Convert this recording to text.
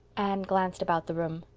anne glanced about the room.